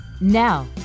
Now